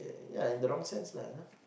ya in the wrong sense